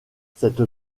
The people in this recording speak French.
cette